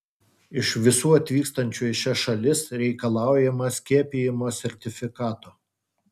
iš visų atvykstančių į šias šalis reikalaujama skiepijimo sertifikato